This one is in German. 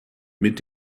mit